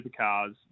supercars